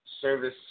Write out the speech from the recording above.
service